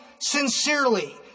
sincerely